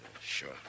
Sure